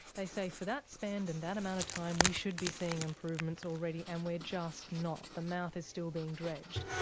they say for that spend and that amount of time we should be seeing improvements already and we're just not, the mouth is still being dredged.